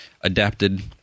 adapted